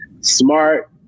smart